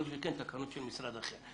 כל שכן תקנות של משרד אחר.